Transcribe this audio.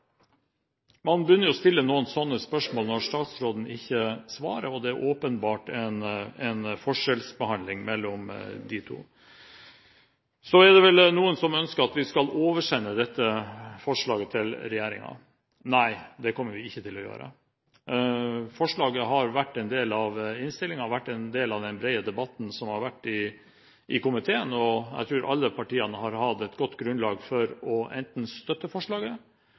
Man begynner jo å stille noen sånne spørsmål når statsråden ikke svarer, og det åpenbart er en forskjellsbehandling mellom de to. Så er det noen som ønsker at vi skal oversende dette forslaget til regjeringen. Nei, det kommer vi ikke til å gjøre. Forslaget er en del av innstillingen og en del den brede debatten som har vært i komiteen. Jeg tror alle partiene har hatt et godt grunnlag for enten å støtte forslaget